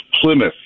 Plymouth